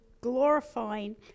glorifying